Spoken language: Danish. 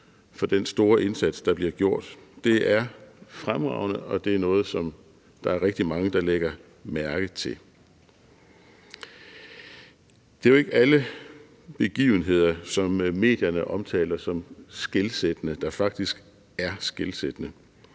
for den store indsats, der bliver gjort. Det er fremragende, og det er noget, som der er rigtig mange der lægger mærke til. Det er jo ikke alle begivenheder, som medierne omtaler som skelsættende, der faktisk er skelsættende.